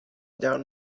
down